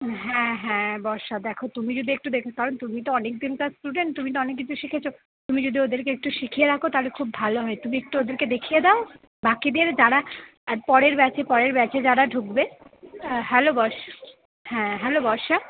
হ্যাঁ হ্যাঁ বর্ষা দেখো তুমি যদি একটু দেখ কারণ তুমি তো অনেক দিনকার স্টুডেন্ট তুমি তো অনেক কিছু শিখেছ তুমি যদি ওদেরকে একটু শিখিয়ে রাখো তাহলে খুব ভালো হয় তুমি একটু ওদেরকে দেখিয়ে দাও বাকিদের যারা পরের ব্যাচে পরের ব্যাচে যারা ঢুকবে হ্যাঁ হ্যালো হ্যালো বর্ষা